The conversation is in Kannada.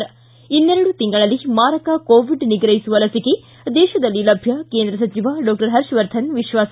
ಿ ಇನ್ನೆರಡು ತಿಂಗಳಲ್ಲಿ ಮಾರಕ ಕೋವಿಡ್ ನಿಗ್ರಹಿಸುವ ಲಸಿಕೆ ದೇತದಲ್ಲಿ ಲಭ್ಯ ಕೇಂದ್ರ ಸಚಿವ ಡಾಕ್ಷರ್ ಹರ್ಷವರ್ಧನ್ ವಿಶ್ವಾಸ